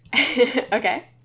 Okay